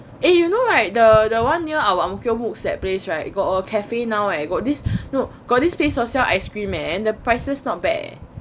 eh you know right the the one near our ang mo kio mooks that place right got a cafe now eh got this no got this place got sell ice cream eh the prices not bad eh